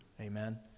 Amen